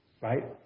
right